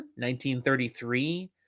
1933